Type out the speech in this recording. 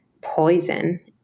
poison